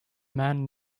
man